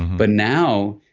but now,